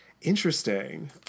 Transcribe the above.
Interesting